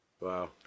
Wow